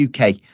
UK